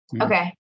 Okay